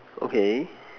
okay